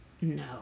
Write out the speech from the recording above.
no